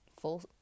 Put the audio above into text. full